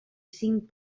cinc